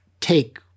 take